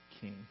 king